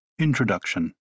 Introduction